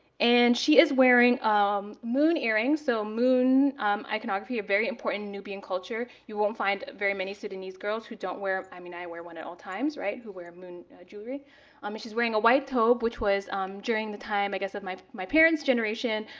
and she is wearing um moon earrings. so moon iconography, a very important nubian culture. you won't find very many sudanese girls who don't wear i mean, i wear one at all times, right? who wear moon jewelry. and i mean she's wearing a white thobe, which was during the time, i guess, of my my parents' generation.